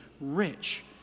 rich